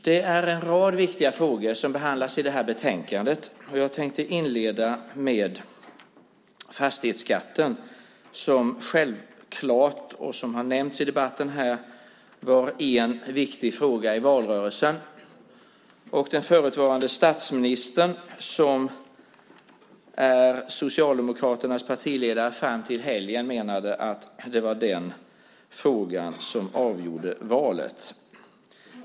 Det är en rad viktiga frågor som behandlas i det här betänkandet, och jag tänkte inleda med fastighetsskatten, som var en viktig fråga i valrörelsen, som har nämnts i debatten här. Den förutvarande statsministern, som är Socialdemokraternas partiledare fram till helgen, menade att det var den frågan som avgjorde valet.